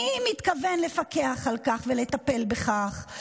אני מתכוון לפקח על כך ולטפל בכך.